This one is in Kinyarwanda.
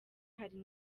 hari